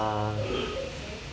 ah